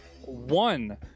one